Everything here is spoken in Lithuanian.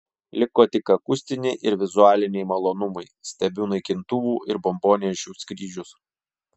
liko tik akustiniai ir vizualiniai malonumai stebiu naikintuvų ir bombonešių skrydžius